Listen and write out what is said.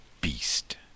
beast